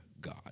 God